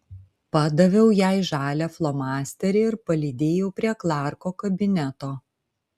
padaviau jai žalią flomasterį ir palydėjau prie klarko kabineto